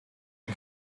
een